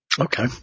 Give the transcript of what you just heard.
Okay